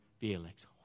Felix